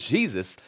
Jesus